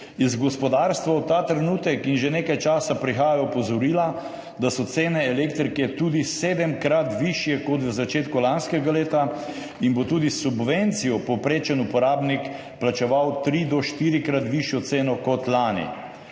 Iz gospodarstva ta trenutek in že nekaj časa prihajajo opozorila, da so cene elektrike tudi sedemkrat višje kot v začetku lanskega leta in bo tudi subvencijo povprečen uporabnik plačeval tri- do štirikrat višjo ceno kot lani.